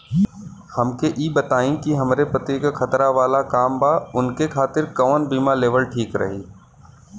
हमके ई बताईं कि हमरे पति क खतरा वाला काम बा ऊनके खातिर कवन बीमा लेवल ठीक रही?